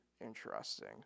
interesting